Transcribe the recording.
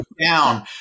down